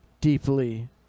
deeply